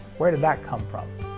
where did that come from?